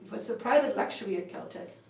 was a private luxury at caltech.